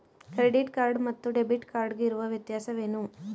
Credit card ಮತ್ತು debit card ಗೆ ಇರುವ ವ್ಯತ್ಯಾಸವೇನು?